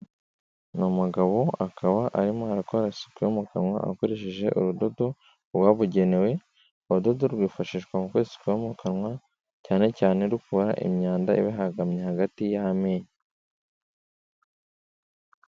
Ni mugabo akaba arimo arakora isuku yo mu kanwa akoresheje urudodo, rwabugenewe, urudodo rwifashishwa mu gukora isuku yo mu kanwa, cyane cyane rukura imyanda iba ibahagamye hagati y'amenyo.